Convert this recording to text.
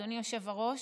אדוני היושב-ראש,